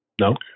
No